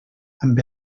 amb